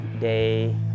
day